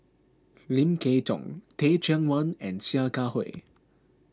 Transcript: Lim Kay Tong Teh Cheang Wan and Sia Kah Hui